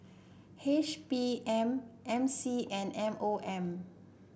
H P M M C and M O M